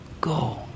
Go